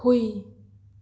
ꯍꯨꯏ